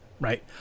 right